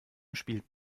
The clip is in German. spielt